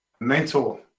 Mentor